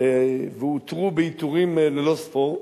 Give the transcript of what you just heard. ועוטרו בעיטורים ללא ספור,